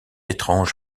étrange